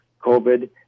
COVID